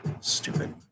Stupid